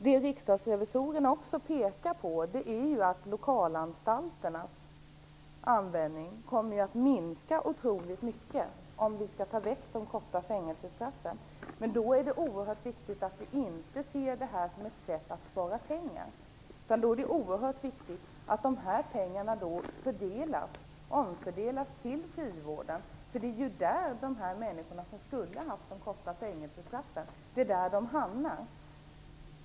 Vad riksdagsrevisorerna också pekar på är att lokalanstalterna kommer att användas mycket mindre om vi tar bort de korta fängelsestraffen. Då är det oerhört viktigt att inte se detta som ett sätt att spara pengar. I stället är det oerhört viktigt att pengarna omfördelas till frivården. Det är ju där som de människor hamnar som skulle ha haft korta fängelsestraff.